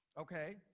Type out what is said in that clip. Okay